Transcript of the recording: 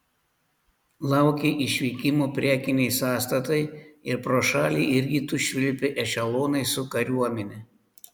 laukė išvykimo prekiniai sąstatai ir pro šalį į rytus švilpė ešelonai su kariuomene